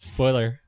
Spoiler